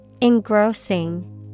Engrossing